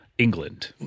England